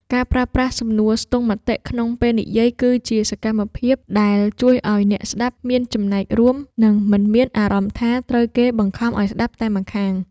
ការប្រើប្រាស់សំណួរស្ទង់មតិក្នុងពេលនិយាយ គឺជាសកម្មភាពដែលជួយឱ្យអ្នកស្ដាប់មានចំណែករួម និងមិនមានអារម្មណ៍ថាត្រូវគេបង្ខំឱ្យស្ដាប់តែម្ខាង។